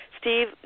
Steve